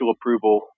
approval